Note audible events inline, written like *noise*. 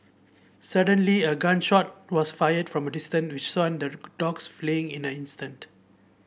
suddenly a gun shot was fired from a distance which *unintelligible* the dogs fleeing in an instant